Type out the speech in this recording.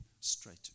straight